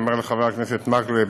אני אומר לחבר הכנסת מקלב.